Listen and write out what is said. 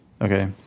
Okay